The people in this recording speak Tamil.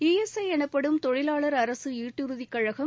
ஈஎஸ்ஐ எனப்படும் தொழிலாளர் அரசு ஈட்டுறுதிக் கழகம்